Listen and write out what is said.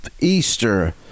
Easter